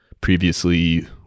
Previously